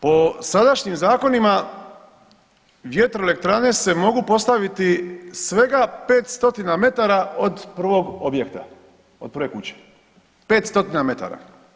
Po sadašnjim zakonima vjetroelektrane se mogu postaviti svega 500 metara od prvog objekata, od prve kuće, 500 metara.